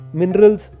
minerals